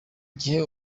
gihe